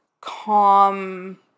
calm